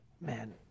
Man